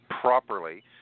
properly